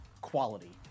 quality